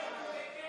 לוועדה